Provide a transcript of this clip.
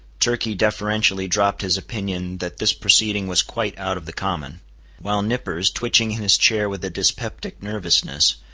turkey deferentially dropped his opinion that this proceeding was quite out of the common while nippers, twitching in his chair with a dyspeptic nervousness,